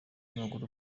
w’amaguru